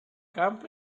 camp